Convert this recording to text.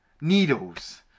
needles